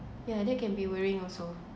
yeah that can be worrying also